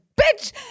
bitch